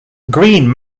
green